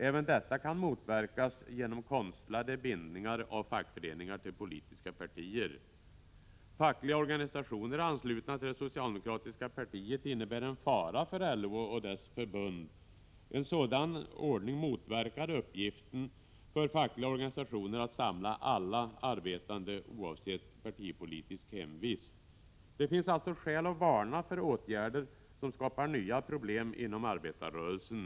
Även detta kan motverkas genom konstlade bindningar av fackföreningar till politiska partier. Fackliga organisationer anslutna till det socialdemokratiska partiet innebär en fara för LO och dess förbund. En sådan ordning motverkar uppgiften för fackliga organisationer att samla alla arbetande oavsett partipolitisk hemvist. Det finns skäl att varna för åtgärder som skapar nya problem inom arbetarrörelsen.